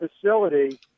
facility